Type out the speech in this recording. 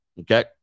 okay